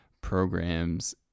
programs